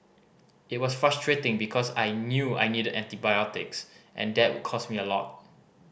it was frustrating because I knew I needed antibiotics and that would cost me a lot